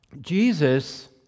Jesus